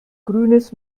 grünes